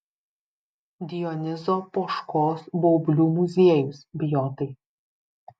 dionizo poškos baublių muziejus bijotai